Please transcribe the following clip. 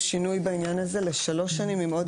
יש שינוי בעניין הזה לשלוש שנים עם עוד